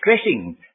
stressing